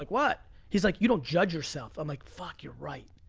like what? he's like, you don't judge yourself. i'm like, fuck, you're right.